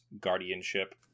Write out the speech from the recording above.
Guardianship